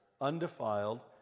undefiled